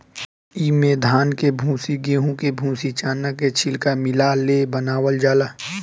इमे धान के भूसी, गेंहू के भूसी, चना के छिलका मिला ले बनावल जाला